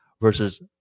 versus